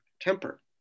Temper